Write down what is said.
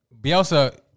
Bielsa